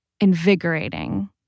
invigorating